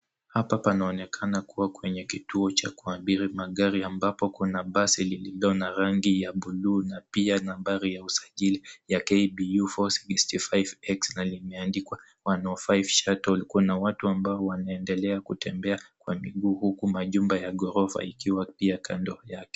Hapa panaonekana kuwa kwenye kituo cha kuabiri magari, ambapo kuna basi lililo na rangi ya buluu na pia nambari ya usajili ya KBU 465X na limeandikwa,105 shuttle kuna watu ambao wanaendelea kutembea kwa miguu huku majumba ya ghorofa, ikiwa pia kando yake.